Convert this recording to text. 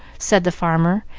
said the farmer,